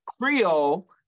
Creole